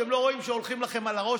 אתם לא רואים שהולכים לכם על הראש,